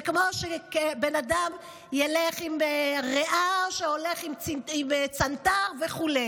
זה כמו שבן אדם ילך עם ריאה, שהולך עם צנתר וכו'.